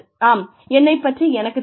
ஆம் என்னைப் பற்றி எனக்குத் தெரியும்